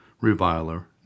reviler